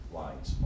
lines